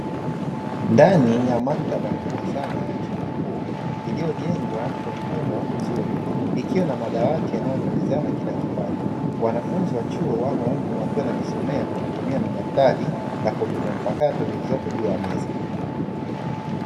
Ndani ya maktaba kubwa sana ya chuo kikuu iliyojengwa kwa mfumo mzuri, ikiwa na madawati yanayoangaliziana kila kipande, wanafunzi wa chuo wamo humo wakiwa wanajisomea kwa kutumia madaftari na kompyuta mpakato zilizopo juu ya meza.